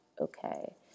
okay